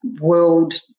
world